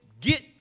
get